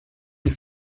die